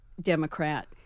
Democrat